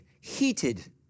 heated